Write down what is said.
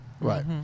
Right